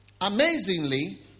amazingly